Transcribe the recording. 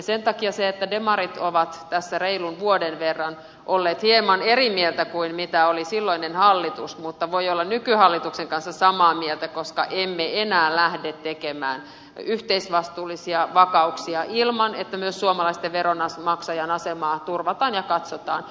sen takia demarit ovat tässä reilun vuoden verran olleet hieman eri mieltä kuin mitä oli silloinen hallitus mutta voimme olla nykyhallituksen kanssa samaa mieltä koska emme enää lähde tekemään yhteisvastuullisia vakauksia ilman että myös suomalaisen veronmaksajan asemaa turvataan ja katsotaan